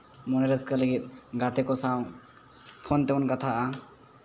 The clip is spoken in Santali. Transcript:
ᱢᱚᱱᱮ ᱨᱟᱹᱥᱠᱟᱹ ᱞᱟᱹᱜᱤᱫ ᱜᱟᱛᱮ ᱠᱚ ᱥᱟᱶ ᱯᱷᱳᱱ ᱛᱮᱵᱚᱱ ᱠᱟᱛᱷᱟᱜᱼᱟ